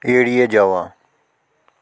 এড়িয়ে যাওয়া